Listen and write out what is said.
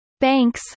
Banks